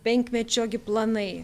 penkmečio gi planai